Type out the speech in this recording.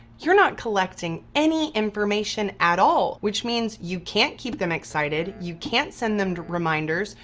you're not collecting any information at all. which means you can't keep them excited, you can't send them reminders,